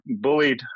bullied